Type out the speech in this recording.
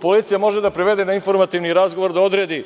Policija može da privede na informativni razgovor, da odredi